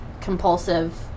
compulsive